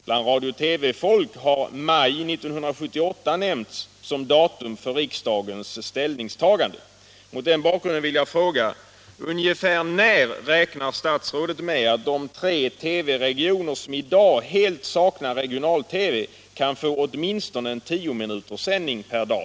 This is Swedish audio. Bland radiooch TV-folk har maj 1978 nämnts som tidpunkt för riksdagens ställningstagande. Mot den bakgrunden vill jag fråga: Ungefär när räknar statsrådet med att de tre TV-regioner som i dag helt saknar regional-TV kan få åtminstone en tiominuterssändning per dag?